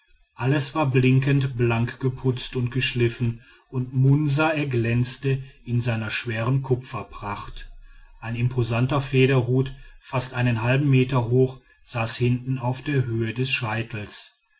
alles war blinkend blank geputzt und geschliffen und munsa erglänzte in seiner schweren kupferpracht ein imposanter federhut fast einen halben meter hoch saß hinten auf der höhe des scheitels